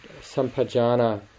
sampajana